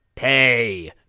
Pay